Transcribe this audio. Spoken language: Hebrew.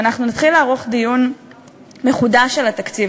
שאנחנו נתחיל לערוך דיון מחודש על התקציב,